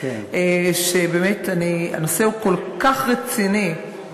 כי באמת הנושא הוא כל כך רציני,